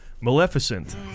Maleficent